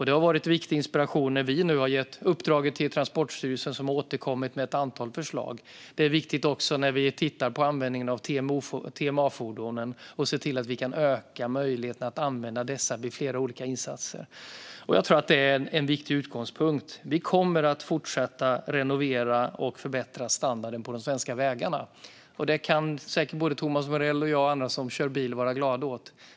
Det har varit viktig inspiration när vi nu har gett uppdraget till Transporstyrelsen som har återkommit med ett antal förslag. Det är viktigt också när vi tittar på användningen av TMA-fordonen och hur vi kan se till att öka möjligheten att använda dessa vid flera olika insatser. Det är en viktig utgångspunkt. Vi kommer att fortsätta att renovera och förbättra standarden på de svenska vägarna. Det kan säkert såväl Thomas Morell som jag och andra som kör bil vara glada åt.